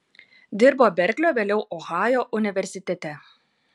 dirbo berklio vėliau ohajo universitete